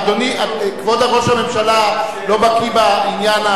אדוני כבוד ראש הממשלה לא בקי בעניין.